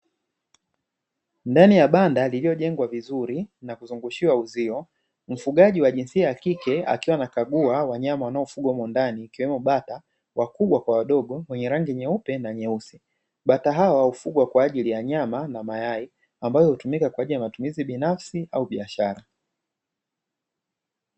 Ndani ya banda lililojengwa vizuri na kuzungushiwa uzio mfugaji wa jinsia ya kike akiwa anakagua hao wanyama wanaofungwa humo ndani ikiwemo bata wakubwa kwa wadogo wenye rangi nyeupe na nyeusi, bata hawa hufugwa kwa ajili ya nyama na mayai ambayo hutumika kwa ajili ya matumizi binafsi au biashara.